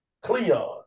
Cleon